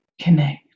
connect